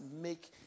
make